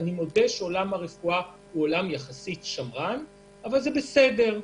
אני מודה שעולם הרפואה הוא יחסית שמרני אבל זה בסדר,